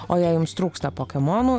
o jei jums trūksta pokemonų